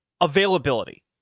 availability